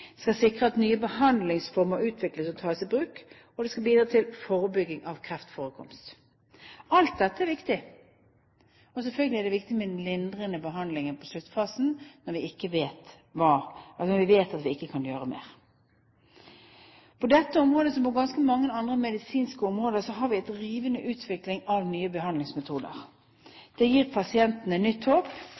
skal sikre at nye behandlingsformer utvikles og tas i bruk, og de skal bidra til forebygging av kreftforekomster. Alt dette er viktig. Og selvfølgelig er det viktig med en lindrende behandling i sluttfasen når vi vet at vi ikke kan gjøre mer. På dette området, som på ganske mange andre medisinske områder, har vi en rivende utvikling av nye behandlingsmetoder. Det gir pasientene nytt